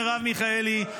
מרב מיכאלי,